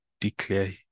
declare